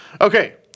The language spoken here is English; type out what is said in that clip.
Okay